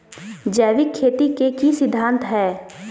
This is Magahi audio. जैविक खेती के की सिद्धांत हैय?